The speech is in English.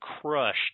crushed